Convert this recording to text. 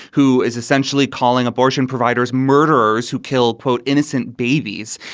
who is essentially calling abortion providers murderers who kill, quote, innocent babies.